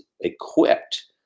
equipped